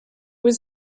was